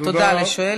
תודה לשואל.